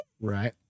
Right